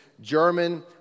German